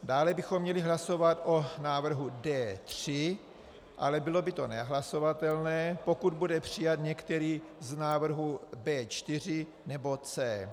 Dále bychom měli hlasovat o návrhu D3, ale bylo by to nehlasovatelné, pokud bude přijat některý z návrhů B4 nebo C.